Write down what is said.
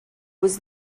was